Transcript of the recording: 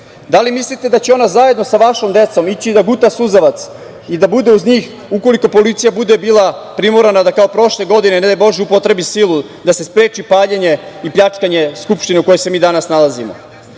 li mislite da će ona zajedno sa vašom decom ići da guta suzavac i da bude uz njih ukoliko policija bude bila primorana da kao prošle godine, ne daj Bože, upotrebi silu da se spreči paljenje i pljačkanje Skupštine u kojoj se mi danas nalazimo? Da